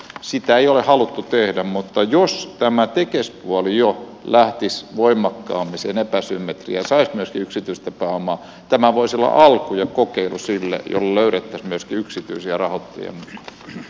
sitä ei ole haluttu tehdä mutta jos tämä tekes puoli jo lähtisi voimakkaammin sen epäsymmetria saisi myöskin yksityistä pääomaa tämä voisi olla alku ja kokeilu sille jolloin löydettäisiin myöskin yksityisiä rahoittajia mukaan